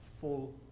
Full